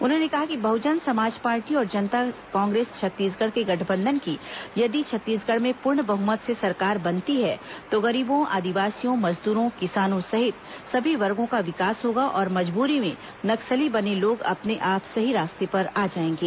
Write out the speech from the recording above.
उन्होंने कहा कि बहुजन समाज पार्टी और जनता कांग्रेस छत्तीसगढ़ के गठबंधन की यदि छत्तीसगढ़ में पूर्ण बहुमत से सरकार बनती है तो गरीबों आदिवासियों मजदूरों किसानों सहित सभी वर्गो का विकास होगा और मजबूरी में नक्सली बने लोग अपने आप सही रास्ते पर आ जाएंगे